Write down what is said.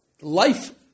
life